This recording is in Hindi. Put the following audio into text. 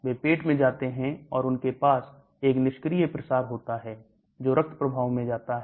वे पेट में जाते हैं और उनके पास एक निष्क्रिय प्रसार होता है जो रक्त प्रभाव में जाता है